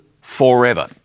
forever